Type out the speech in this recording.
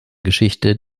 geschichte